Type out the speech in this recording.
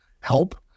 help